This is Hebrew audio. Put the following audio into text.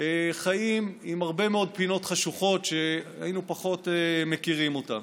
חיים עם הרבה מאוד פינות חשוכות שהיינו פחות מכירים אותן.